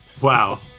wow